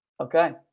okay